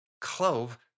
clove